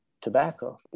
tobacco